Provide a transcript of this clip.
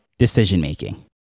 decision-making